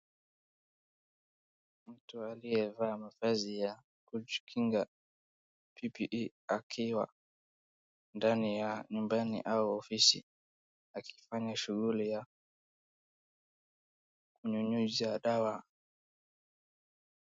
Mtu aliyevaa mavazi ya kujikinga PPE akiwa ndani ya nyumbani au ofisi akifanya shughuli ya kunyunyuzia dawa.